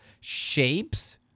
shapes